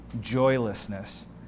joylessness